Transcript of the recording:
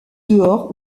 dehors